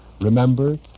Remember